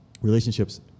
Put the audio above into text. relationships